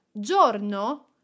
giorno